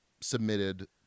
submitted